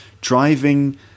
driving